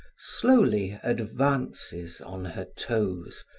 slowly advances on her toes,